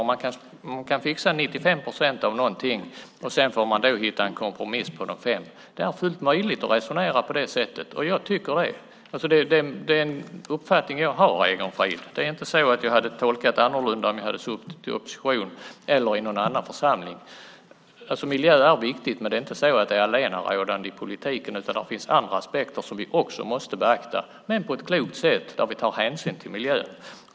Man kanske kan fixa 95 procent av något, och sedan får man hitta en kompromiss om de resterande 5 procenten. Det är fullt möjligt att resonera på det sättet. Detta är min uppfattning, Egon Frid. Jag skulle inte ha tolkat det annorlunda om jag hade suttit i opposition eller i någon annan församling. Miljö är viktigt, men det är inte allenarådande i politiken. Det finns andra aspekter som vi också måste beakta, men på ett klokt sätt där vi tar hänsyn till miljön.